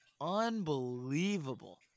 Unbelievable